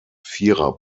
vierer